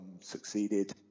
succeeded